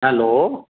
hello